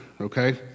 okay